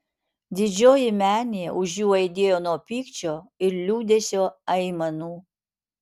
didžioji menė už jų aidėjo nuo pykčio ir liūdesio aimanų